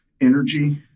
energy